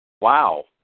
Wow